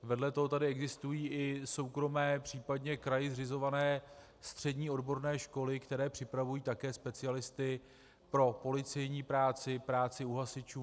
Vedle toho tady existují i soukromé, případně kraji zřizované střední odborné školy, které připravují také specialisty pro policejní práci, práci u hasičů.